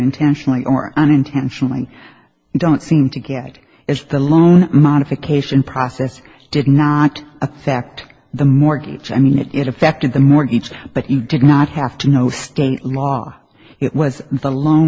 intentionally or unintentionally don't seem to get is the loan modification process did not affect the mortgage i mean it it affected the mortgage but he did not have to know state law it was the loan